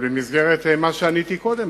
אבל במסגרת מה שעניתי קודם,